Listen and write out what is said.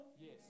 Yes